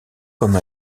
comme